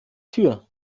tür